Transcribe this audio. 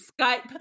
skype